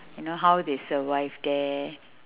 you know how they survive there